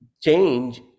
change